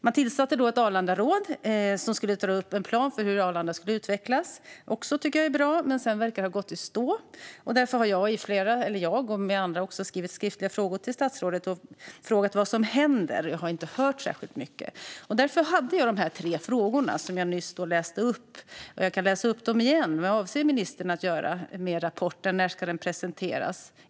Man tillsatte ett Arlandaråd som skulle dra upp en plan för hur Arlanda skulle utvecklas. Även detta tycker jag är bra, men det verkar ha gått i stå. Därför har jag, och även andra, ställt skriftliga frågor till statsrådet och frågat vad som händer. Jag har inte hört särskilt mycket. Därför hade jag de tre frågor som jag nyss ställde. Jag kan ställa dem igen: Vad avser ministern att göra med rapporten? När ska den presenteras?